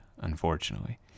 unfortunately